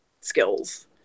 skills